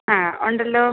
ആ ഉണ്ടല്ലൊ